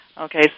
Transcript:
Okay